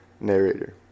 Narrator